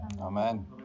Amen